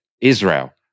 Israel